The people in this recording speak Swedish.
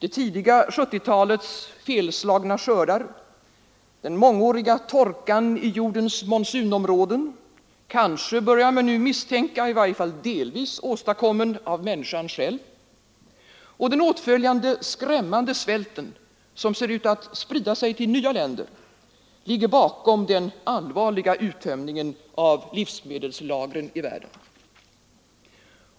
Det tidiga 1970-talets felslagna skördar, den långvariga torkan i jordens monsunområden — kanske, börjar man nu misstänka, i varje fall delvis åstadkommen av människan själv — och den följande skrämmande svälten, som ser ut att sprida sig till nya länder, ligger bakom den allvarliga uttömningen av livsmedelslagren i världen.